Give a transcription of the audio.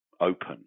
open